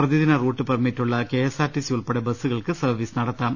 പ്രതിദിന റൂട്ട് പെർമിറ്റുള്ള കെഎസ്ആർടിസി ഉൾപ്പടെ ബസുകൾക്ക് സർവീസ് നടത്താം